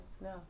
no